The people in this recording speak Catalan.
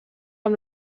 amb